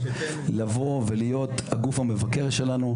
לבוא ולהיות הגוף המבקר שלנו.